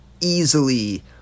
easily